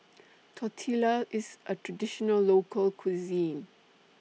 Tortillas IS A Traditional Local Cuisine